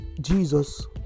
Jesus